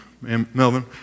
Melvin